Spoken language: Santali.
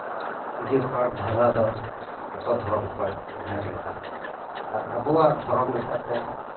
ᱯᱩᱡᱟᱹ ᱯᱟᱴ ᱫᱷᱟᱨᱟ ᱫᱚ ᱡᱚᱛᱚ ᱫᱷᱚᱨᱚᱢ ᱠᱷᱚᱱ ᱵᱷᱮᱜᱟᱨ ᱜᱮᱛᱟ ᱵᱚᱱᱟ ᱟᱨ ᱟᱵᱚᱣᱟᱜ ᱫᱷᱚᱨᱚᱢ ᱞᱮᱠᱟᱛᱮ